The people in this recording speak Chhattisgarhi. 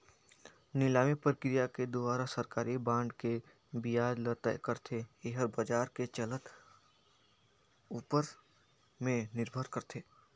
निलामी प्रकिया के दुवारा सरकारी बांड के बियाज ल तय करथे, येहर बाजार के चलत ऊपर में निरभर करथे